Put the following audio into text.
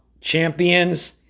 champions